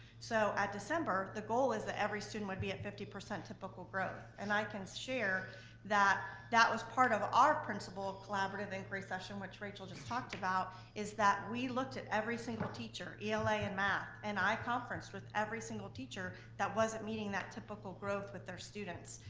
so at december, the goal is that every student will be at fifty percent typical growth, and i can share that that was part of our principal collaborative inquiry session which rachel just talked about is that we looked at every single teacher, ela and math, and i conferenced with every single teacher that wasn't meeting that typical growth with their students.